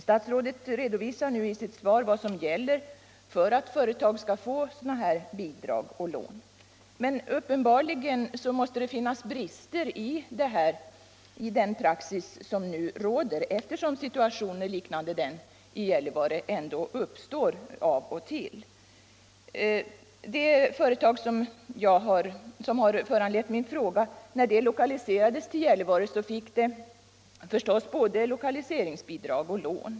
Statsrådet redovisar i sitt svar vad som gäller för att företag skall få lokaliseringsstöd och lokaliseringslån. Men det måste uppenbarligen finnas brister i den praxis som nu råder, eftersom situationer liknande den i Gällivare ändå uppstår av och till. När det företag som har föranlett min fråga lokaliserades till Gällivare fick det förstås både lokaliseringsbidrag och lokaliseringslån.